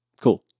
Cool